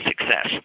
success